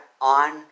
on